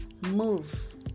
Move